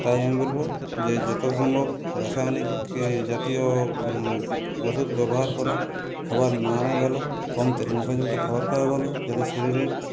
তাই আমি বলবো যে যত সম্ভব রাসায়নিক জাতীয় ওষুধ ব্যবহার করা খাবার না আনাই ভালো কম তেল মশলা জাতীয় খাবার খাওয়াই ভালো যাতে শরীরের